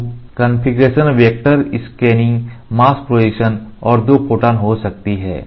तो configuration vector scanning mask projection और दो फोटॉन हो सकती है